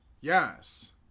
Yes